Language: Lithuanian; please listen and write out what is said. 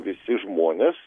visi žmonės